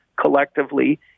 collectively